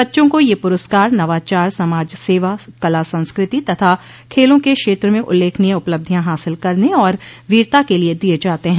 बच्चों को ये पुरस्कार नवाचार समाज सेवा कला संस्कृति तथा खेलों के क्षेत्र में उल्लेखनीय उपलब्धियां हासिल करने और वीरता के लिए दिये जाते हैं